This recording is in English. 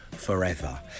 forever